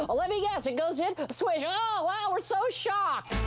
ah let me guess. it goes in? swish. oh, wow! we're so shocked!